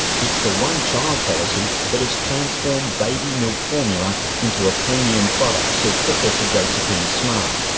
it's the one-child policy that has transformed baby milk formula into a premium product, says professor josephine smart,